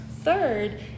Third